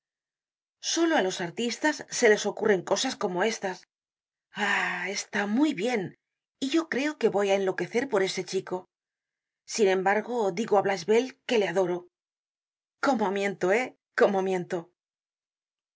solo á los artistas se les ocurren cosas como estas ah está muy bien y yo creo que voy á enloquecer por ese chico sin embargo digo á blachevelle que le adoro i cómo miento eh cómo miento